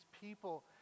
people